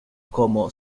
como